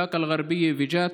באקה אל-גרבייה וג'ת,